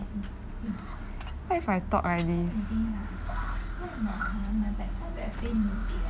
what if I talk like this